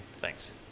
thanks